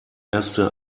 erste